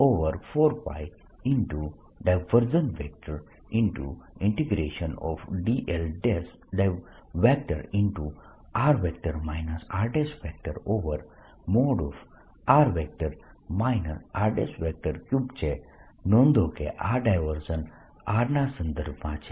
નોંધો કે આ ડાયવર્જન્સ r ના સંદર્ભમાં છે